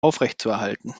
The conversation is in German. aufrechtzuerhalten